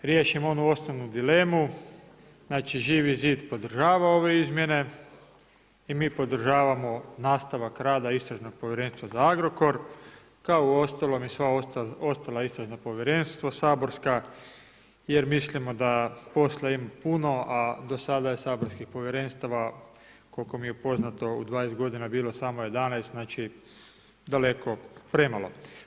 Da riješimo onu osnovnu dilemu, znači Živi zid održava ove izmjene i mi podržavam nastavak rada istražnog povjerenstva za Agrokor kao uostalom i sva ostala istražna povjerenstva saborska jer mislim da posla ima puno a do sada je saborskih povjerenstava koliko mi je poznato, u 20 godina bilo samo 11, znači daleko premalo.